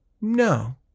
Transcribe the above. no